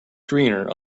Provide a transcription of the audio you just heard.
greener